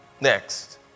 Next